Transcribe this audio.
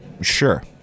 Sure